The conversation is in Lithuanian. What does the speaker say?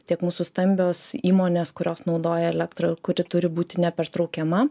tiek mūsų stambios įmonės kurios naudoja elektrą kuri turi būti nepertraukiama